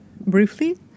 Briefly